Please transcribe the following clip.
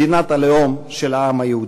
מדינת הלאום של העם היהודי.